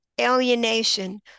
alienation